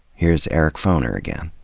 here's eric foner again.